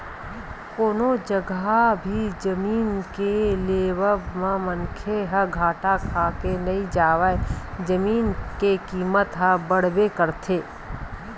कोनो जघा भी जमीन के लेवब म मनखे ह घाटा खाके नइ जावय जमीन के कीमत ह बड़बे करथे